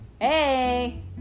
hey